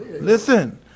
Listen